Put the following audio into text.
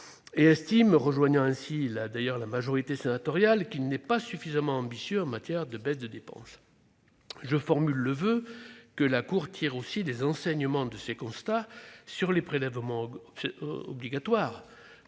et estime, rejoignant ainsi la majorité sénatoriale, qu'il n'est pas suffisamment ambitieux en matière de baisse des dépenses. Je formule le voeu que la Cour tire aussi les enseignements de ses constats sur les prélèvements obligatoires